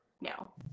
No